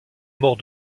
mort